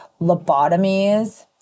lobotomies